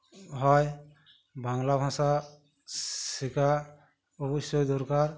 হয় বাংলা ভাষা শেখা অবশ্যই দরকার